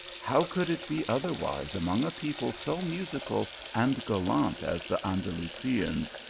how could it be otherwise among a people so musical and gallant as the andalusians,